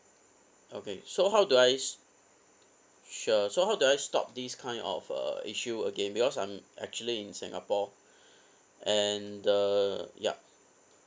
okay so how do I s~ sure so how do I stop this kind of uh issue again because I'm actually in singapore and uh yup